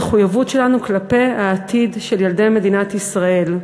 המחויבות שלנו כלפי העתיד של ילדי מדינת ישראל.